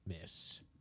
Miss